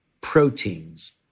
proteins